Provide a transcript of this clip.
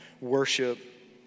worship